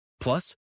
Plus